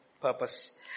purpose